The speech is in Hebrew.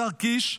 השר קיש,